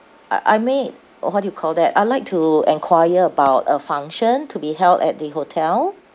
I I made uh what do you call that I'd like to enquire about a function to be held at the hotel